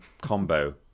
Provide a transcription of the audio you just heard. combo